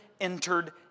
entered